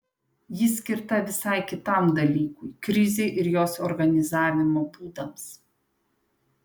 ji skirta visai kitam dalykui krizei ir jos organizavimo būdams